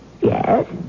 Yes